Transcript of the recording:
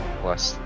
plus